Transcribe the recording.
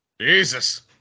Jesus